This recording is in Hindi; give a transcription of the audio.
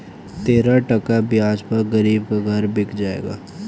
तेरह टका ब्याज पर गरीब का घर बिक जाएगा